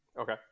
Okay